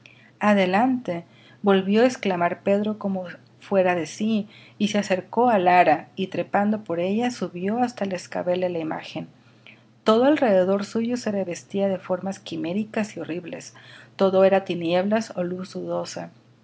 adelante volvió á exclamar pedro como fuera de sí y se acercó al ara y trepando por ella subió hasta el escabel de la imagen todo alrededor suyo se revestía de formas quiméricas y horribles todo era tinieblas y luz dudosa